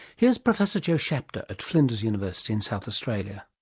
here's professor joe shapter at flinders university in south australia.